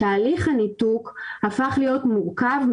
תהליך הניתוק הפך להיות מורכב,